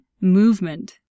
movement